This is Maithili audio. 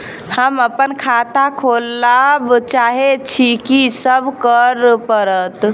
हम अप्पन खाता खोलब चाहै छी की सब करऽ पड़त?